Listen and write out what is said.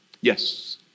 Yes